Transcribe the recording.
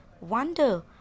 wonder